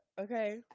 Okay